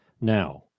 now